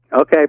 Okay